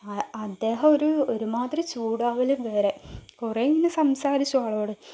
അദ്ദേഹം ഒര് ഒര്മാതിരി ചൂടാകൽ വേറെ കുറേ ഇങ്ങനെ സംസാരിച്ചു ആളോട്